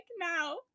now